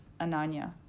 Ananya